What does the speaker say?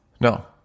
no